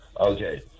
Okay